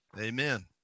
amen